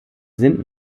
sind